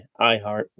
iHeart